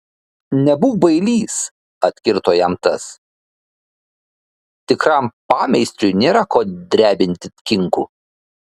nebūk bailys atkirto jam tas tikram pameistriui nėra ko drebinti kinkų